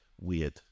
weird